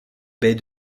baies